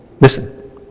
Listen